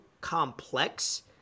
complex